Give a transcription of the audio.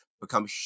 become